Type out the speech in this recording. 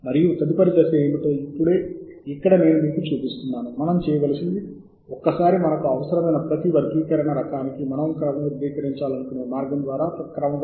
ఆపై మీరు ఇక్కడ "సేవ్ చేసిన జాబితా " బటన్పై నొక్కండి మరియు ఒక డైలాగ్ తెరుచుకుంటుంది మీరు ఈ అంశాలను క్రొత్త జాబితాగా లేదా ఇప్పటికే ఉన్నజాబితాగా సేవ్ చేయాలనుకుంటున్నారా అని అడుగుతుంది